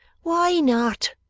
why not